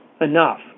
enough